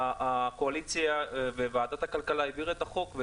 הקואליציה וועדת הכלכלה העבירו את החוק,